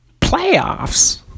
Playoffs